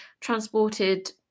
transported